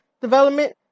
development